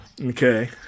okay